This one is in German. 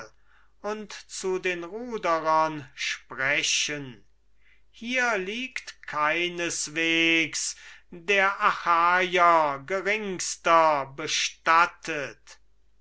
und zu den ruderern sprechen hier liegt keineswegs der achaier geringster bestattet